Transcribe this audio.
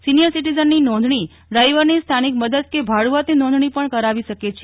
senior સિટિઝનની નોંધજી ડ્રાઇવરની સ્થાનિક મદદ ઘરઘાટી કે ભાડુઆતની નોંધજી પણ કરાવી શકે છે